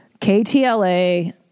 KTLA